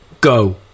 go